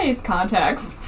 contacts